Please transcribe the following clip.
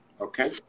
okay